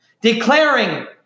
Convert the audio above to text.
declaring